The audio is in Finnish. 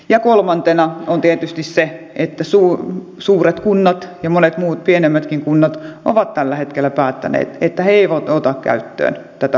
ja kolmantena on tietysti se että suuret kunnat ja monet pienemmätkin kunnat ovat tällä hetkellä päättäneet että ne eivät ota käyttöön tätä varhaiskasvatuslain muutosta